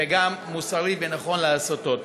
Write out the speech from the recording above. וגם מוסרי ונכון לעשותו.